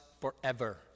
forever